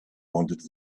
wanted